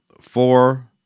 Four